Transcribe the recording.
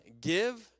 Give